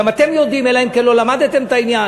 גם אתם יודעים, אלא אם כן לא למדתם את העניין.